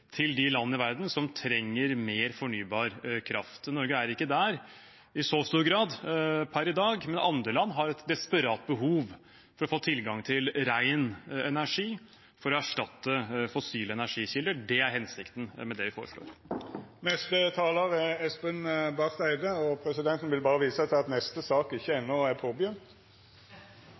til de landene i verden som trenger mer fornybar kraft. Norge er ikke der i så stor grad per i dag, men andre land har et desperat behov for å få tilgang til ren energi for å erstatte fossile energikilder. Det er hensikten med det vi foreslår. Presidenten vil berre visa til at neste sak enno ikkje er påbegynt. Presidenten har en betimelig påpekning om at neste sak ikke er påbegynt,